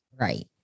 Right